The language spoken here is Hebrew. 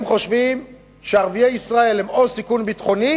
הם חושבים שערביי ישראל הם או סיכון ביטחוני